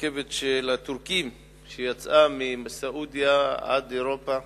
רכבת של הטורקים שיצאה מסעודיה עד אירופה.